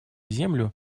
землю